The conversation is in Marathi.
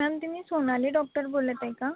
मॅम तुम्ही सोनाली डॉक्टर बोलत आहे का